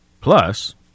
Plus